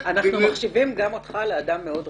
מחשיבים גם אותך לאדם מאוד רציני.